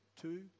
two